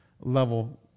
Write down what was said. level